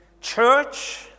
church